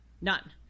None